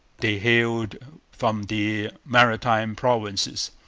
they hailed from the maritime provinces.